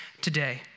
today